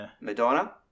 Madonna